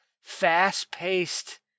fast-paced